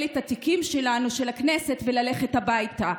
את התיקים שלנו של הכנסת וללכת הביתה.